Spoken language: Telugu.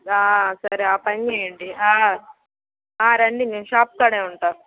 సరే ఆ పని చేయండి ఆ రండి నేను షాప్కాడే ఉంటాను